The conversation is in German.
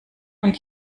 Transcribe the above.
und